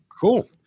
Cool